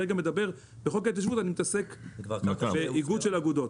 בחוק ההתיישבות אני מתעסק באיגוד של אגודות,